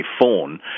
phone